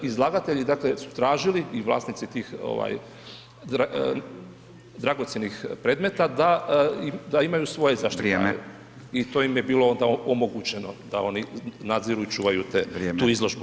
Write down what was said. Izlagatelji dakle su tražili i vlasnici tih dragocjenih predmeta da imaju svoje zaštitare i to ima je bilo onda omogućeno da oni nadziru i čuvaju tu izložbu.